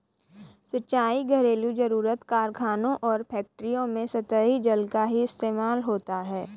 सिंचाई, घरेलु जरुरत, कारखानों और फैक्ट्रियों में सतही जल का ही इस्तेमाल होता है